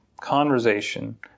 conversation